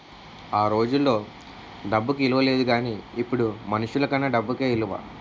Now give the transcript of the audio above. ఆ రోజుల్లో డబ్బుకి ఇలువ లేదు గానీ ఇప్పుడు మనుషులకన్నా డబ్బుకే ఇలువ